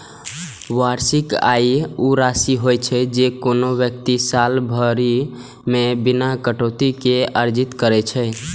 वार्षिक आय ऊ राशि होइ छै, जे कोनो व्यक्ति साल भरि मे बिना कटौती के अर्जित करै छै